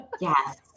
Yes